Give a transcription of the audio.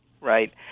right